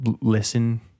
listen